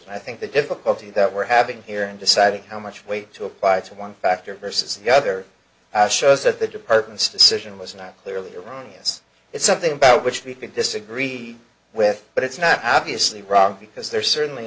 think the difficulty that we're having here in deciding how much weight to apply to one factor versus the other as shows that the department's decision was not clearly erroneous it's something about which we could disagree with but it's not obviously wrong because there are certainly